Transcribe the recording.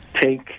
take